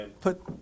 put